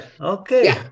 Okay